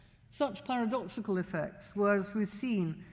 such paradoxical effects were, as we've seen,